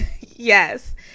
yes